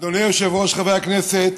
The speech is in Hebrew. אדוני היושב-ראש, חברי הכנסת,